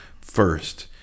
first